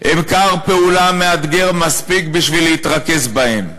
הם כר פעולה מאתגר מספיק בשביל להתרכז בהם,